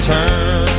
Turn